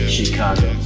Chicago